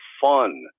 fun